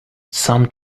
some